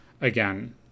again